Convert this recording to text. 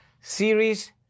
series